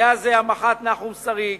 המח"ט נחום שריג,